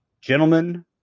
Gentlemen